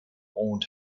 owned